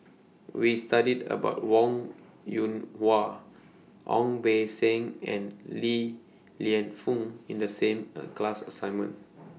We studied about Wong Yoon Wah Ong Beng Seng and Li Lienfung in The same class assignment